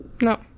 No